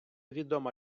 відома